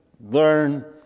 learn